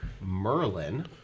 Merlin